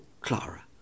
Clara